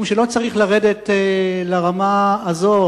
משום שלא צריך לרדת לרמה הזו.